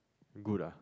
good ah